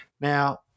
Now